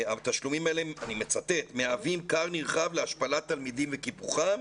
אני מצטט: התשלומים האלה מהווים כר נרחב להשפלת תלמידים וקיפוחם,